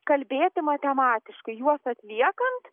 kalbėti matematiškai juos atliekant